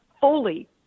fully